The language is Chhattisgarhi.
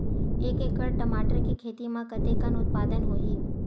एक एकड़ टमाटर के खेती म कतेकन उत्पादन होही?